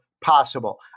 possible